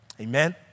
Amen